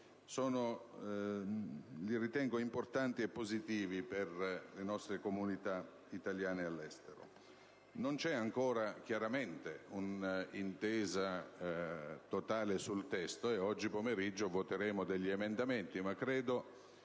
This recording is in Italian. importanti e positivi per le nostre comunità italiane all'estero. Chiaramente, non c'è ancora un'intesa totale sul testo e oggi pomeriggio voteremo degli emendamenti, ma credo